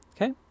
Okay